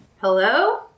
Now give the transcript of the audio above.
Hello